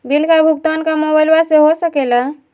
Bill का भुगतान का मोबाइलवा से हो सके ला?